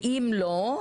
ואם לא,